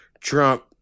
Trump